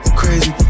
crazy